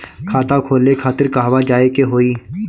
खाता खोले खातिर कहवा जाए के होइ?